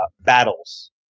battles